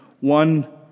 one